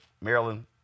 Maryland